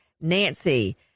Nancy